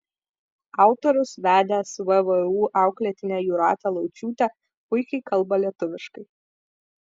autorius vedęs vvu auklėtinę jūratę laučiūtę puikiai kalba lietuviškai